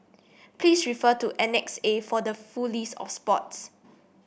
please refer to Annex A for the full list of sports